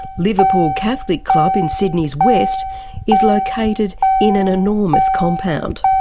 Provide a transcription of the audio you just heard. liverpool catholic club in sydney's west is located in an enormous compound.